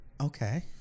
Okay